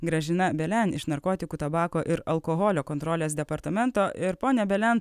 gražina belen iš narkotikų tabako ir alkoholio kontrolės departamento ir ponia belen